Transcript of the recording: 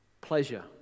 pleasure